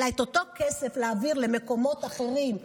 אלא את אותו כסף להעביר למקומות אחרים,